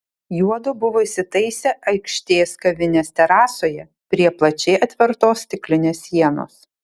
juodu buvo įsitaisę aikštės kavinės terasoje prie plačiai atvertos stiklinės sienos